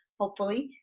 hopefully.